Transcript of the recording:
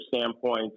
standpoint